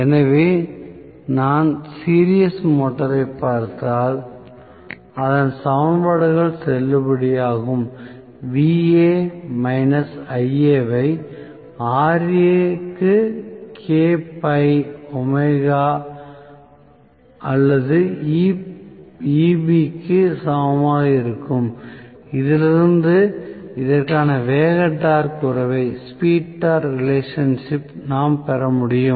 எனவே நான் சீரிஸ் மோட்டாரைப் பார்த்தால் அதே சமன்பாடுகள் செல்லுபடியாகும் Va மைனஸ் Ia வை Ra க்கு K பை ஒமேகா அல்லது Eb க்கு சமமாக இருக்கும் இதிலிருந்து இதற்கான வேக டார்க் உறவை நான் பெற முடியும்